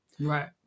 right